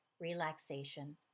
Relaxation